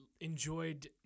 enjoyed